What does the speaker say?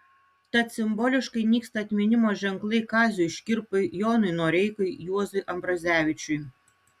tad simboliškai nyksta atminimo ženklai kaziui škirpai jonui noreikai juozui ambrazevičiui